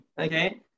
okay